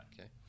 Okay